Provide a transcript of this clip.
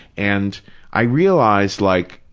and i realized like,